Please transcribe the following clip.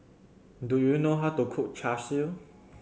do you know how to cook Char Siu